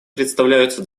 представляются